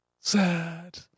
Sad